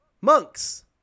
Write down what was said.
monks